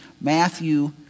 Matthew